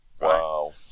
Wow